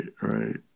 right